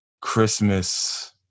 Christmas